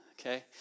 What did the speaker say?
Okay